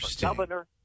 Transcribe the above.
governor